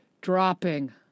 dropping